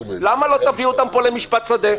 למה לא תביאו אותם פה למשפט שדה?